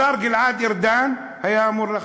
השר גלעד ארדן היה אמור לחתום,